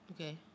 Okay